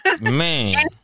Man